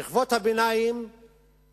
שכבות הביניים והשכבות החלשות או